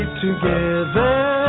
Together